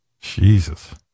Jesus